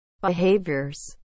behaviors